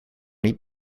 niet